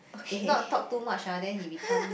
if not talk too much !huh! then he become